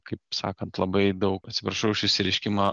kaip sakant labai daug atsiprašau už šį išsireiškimą